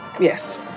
Yes. —